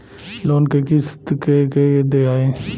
Loan क किस्त के के दियाई?